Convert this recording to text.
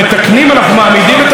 חברת הכנסת פדידה,